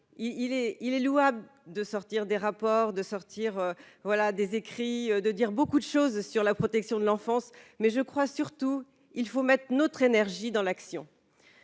il est louable de sortir des rapports de sortir, voilà des écrits de dire beaucoup de choses sur la protection de l'enfance, mais je crois surtout, il faut mettre notre énergie dans l'action.